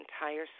entire